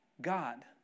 God